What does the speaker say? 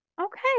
okay